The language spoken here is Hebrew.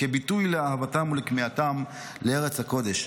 כביטוי לאהבתם ולכמיהתם לארץ הקודש.